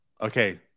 Okay